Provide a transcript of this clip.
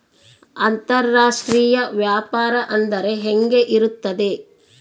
ಅಂತರಾಷ್ಟ್ರೇಯ ವ್ಯಾಪಾರ ಅಂದರೆ ಹೆಂಗೆ ಇರುತ್ತದೆ?